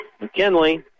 McKinley